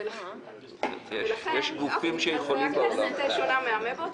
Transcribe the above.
יש גופים שיכולים בעולם --- אז הכנסת שונה מאמבות,